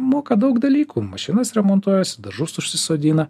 moka daug dalykų mašinas remontuojasi dažus užsisodina